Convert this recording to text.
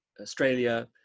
Australia